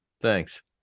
Thanks